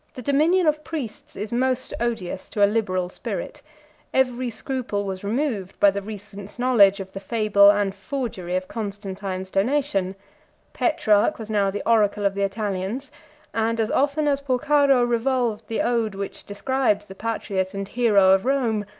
the dominion of priests is most odious to a liberal spirit every scruple was removed by the recent knowledge of the fable and forgery of constantine's donation petrarch was now the oracle of the italians and as often as porcaro revolved the ode which describes the patriot and hero of rome,